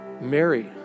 Mary